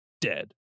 Dead